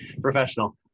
professional